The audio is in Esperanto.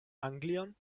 anglion